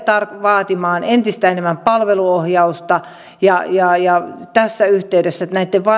vaatimaan entistä enemmän palveluohjausta ja ja tässä yhteydessä näitten